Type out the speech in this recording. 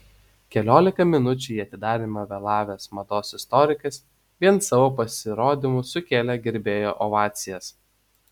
keliolika minučių į atidarymą vėlavęs mados istorikas vien savo pasirodymu sukėlė gerbėjų ovacijas